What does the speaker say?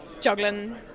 juggling